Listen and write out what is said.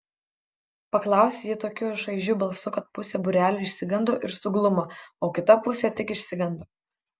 paklausė ji tokiu šaižiu balsu kad pusė būrelio išsigando ir suglumo o kita pusė tik išsigando